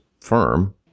firm